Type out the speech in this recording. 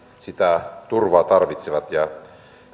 sitä turvaa tarvitsevat ja